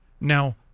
now